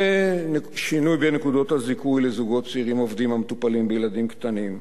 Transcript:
שינוי בנקודות הזיכוי לזוגות צעירים עובדים המטופלים בילדים קטנים,